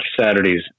Saturday's